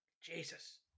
Jesus